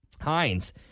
Heinz